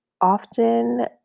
often